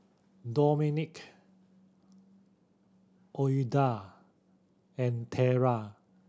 Dominic Ouida and Terra